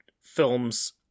films